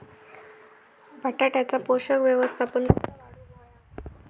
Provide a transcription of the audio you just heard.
बटाट्याचा पोषक व्यवस्थापन कसा वाढवुक होया?